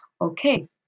okay